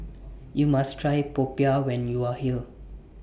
YOU must Try Popiah when YOU Are here